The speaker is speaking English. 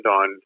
on